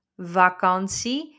vakantie